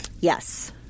Yes